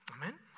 Amen